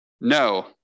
no